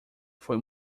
foi